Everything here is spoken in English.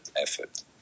effort